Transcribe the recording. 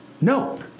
No